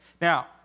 Now